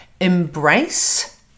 embrace